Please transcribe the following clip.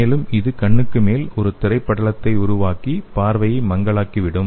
மேலும் இது கண்ணுக்கு மேல் ஒரு திரைப்படத்தை உருவாக்கி பார்வையை மங்கலாக்கிவிடும்